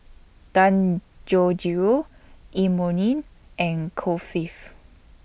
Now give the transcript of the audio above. Dangojiru Imoni and Kulfi